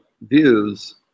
views